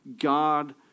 God